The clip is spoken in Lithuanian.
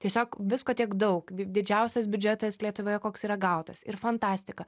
tiesiog visko tiek daug didžiausias biudžetas lietuvoje koks yra gautas ir fantastika